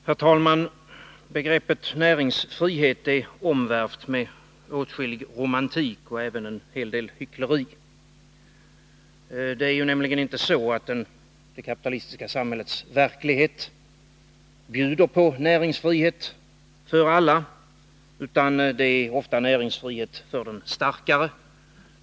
Herr talman! Begreppet näringsfrihet är omvärvt med åtskillig romantik och även en hel del hyckleri. Det är nämligen inte så att det kapitalistiska samhällets verklighet bjuder på näringsfrihet för alla, utan det är ofta näringsfrihet för den starkare.